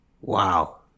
Wow